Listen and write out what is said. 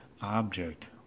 object